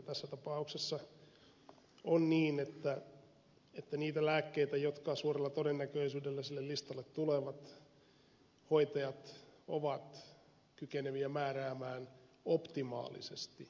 tässä tapauksessa on niin että niitä lääkkeitä jotka suurella todennäköisyydellä sille listalle tulevat hoitajat ovat kykeneviä määräämään optimaalisesti